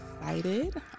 excited